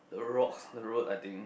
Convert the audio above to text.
the rock the road I think